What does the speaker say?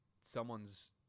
Someone's